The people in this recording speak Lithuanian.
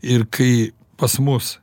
ir kai pas mus